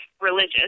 religious